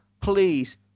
please